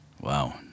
Wow